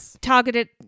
Targeted